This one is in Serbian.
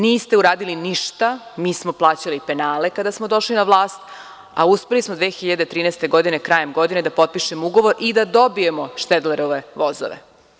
Niste uradili ništa, mi smo plaćali penale kada smo došli na vlast, a uspeli smo 2013. godine, krajem godine da potpišemo ugovor i da dobijemo Štedlerove vozove.